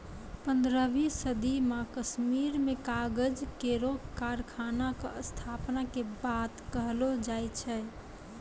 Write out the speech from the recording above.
पन्द्रहवीं सदी म कश्मीर में कागज केरो कारखाना क स्थापना के बात कहलो जाय छै